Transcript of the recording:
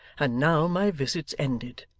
and now my visit's ended.